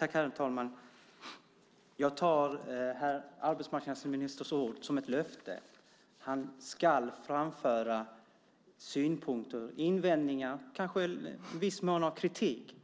Herr talman! Jag tar herr arbetsmarknadsministers ord som ett löfte. Han ska framföra synpunkter, invändningar, kanske i viss mån kritik